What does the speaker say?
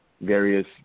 various